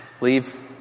leave